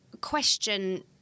question